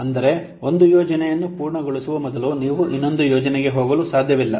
ಅಂದರೆ ಒಂದು ಯೋಜನೆಯನ್ನು ಪೂರ್ಣಗೊಳಿಸುವ ಮೊದಲು ನೀವು ಇನ್ನೊಂದು ಯೋಜನೆಗೆ ಹೋಗಲು ಸಾಧ್ಯವಿಲ್ಲ